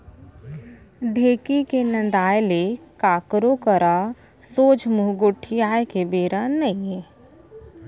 ढेंकी के नंदाय ले काकरो करा सोझ मुंह गोठियाय के बेरा नइये